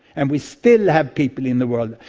and we still have people in the world.